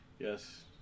Yes